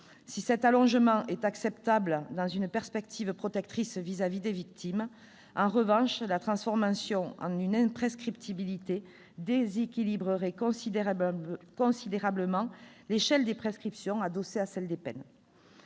Si cet allongement est acceptable dans une perspective protectrice à l'égard des victimes, en revanche, la transformation en une imprescriptibilité déséquilibrerait considérablement l'échelle des prescriptions, adossée à celle des peines.